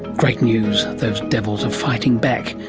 great news. those devils are fighting back,